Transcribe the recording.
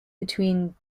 between